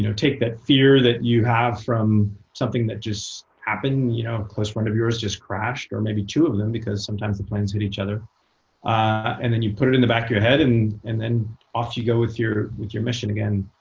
you know take that fear that you have from something that just happened a you know close friend of yours just crashed, or maybe two of them, because sometimes the planes hit each other and then you put it in the back of your head, and and then off you go with your with your mission again,